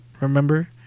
remember